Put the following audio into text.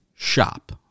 Shop